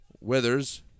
Withers